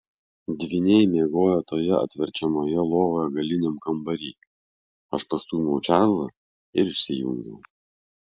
dvyniai miegojo toje atverčiamoje lovoje galiniam kambary aš pastūmiau čarlzą ir išsijungiau